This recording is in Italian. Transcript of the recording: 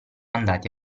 andati